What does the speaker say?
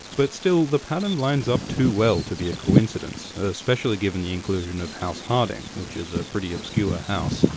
but still, this pattern lines up too well to be a coincidence especially given the inclusion of house hardyng, which is a pretty obscure house.